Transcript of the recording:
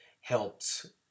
helps